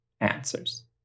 answers